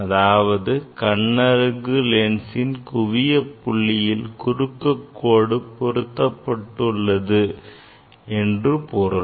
அதாவது கண்ணருகு லென்சின் குவிய புள்ளியில் குறுக்குக் கோடு பொருத்தப்பட்டுள்ளது என்று பொருள்